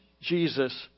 Jesus